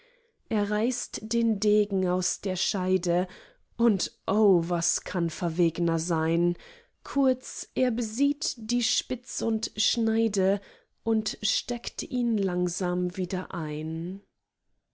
er reißt den degen aus der scheide und o was kann verwegner sein kurz er besieht die spitz und schneide und steckt ihn langsam wieder ein